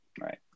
Right